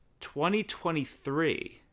2023